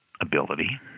ability